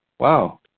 wow